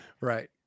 right